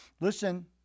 Listen